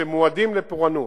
שמועדים לפורענות,